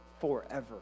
forever